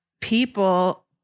people